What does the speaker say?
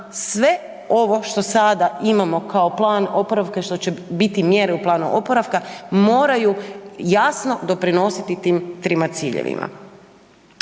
sve ovo što sada imamo kao plan oporavka i što će biti mjere u planu oporavka moraju jasno doprinositi tim trima ciljevima.